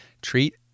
treat